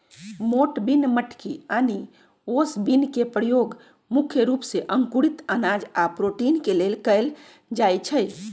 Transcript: मोठ बिन मटकी आनि ओस बिन के परयोग मुख्य रूप से अंकुरित अनाज आ प्रोटीन के लेल कएल जाई छई